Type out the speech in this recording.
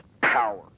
power